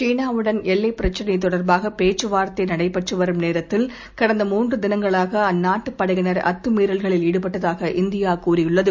சீனாவுடன்எல்லைப்பிரச்னைதொடர்பாகபேச்சுவார்த் தைநடைபெற்றுவரும்நேரத்தில் கடந்தமூன்றுதினங்களாகஅந்நாட்டுபடையினர்அத்துமீ றல்களில்ஈடுபட்டதாகஇந்தியாதெரிவித்துள்ளது